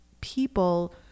people